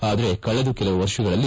ಆದರೆ ಕಳೆದ ಕೆಲವು ವರ್ಷಗಳಲ್ಲಿ